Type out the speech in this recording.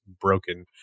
broken